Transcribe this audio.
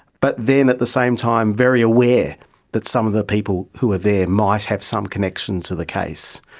but then at the same time very aware that some of the people who are there might have some connection to the case.